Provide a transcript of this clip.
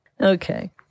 Okay